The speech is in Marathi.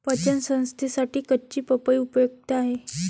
पचन संस्थेसाठी कच्ची पपई उपयुक्त आहे